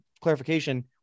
clarification